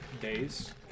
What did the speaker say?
Days